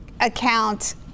account